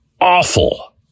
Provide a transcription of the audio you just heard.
awful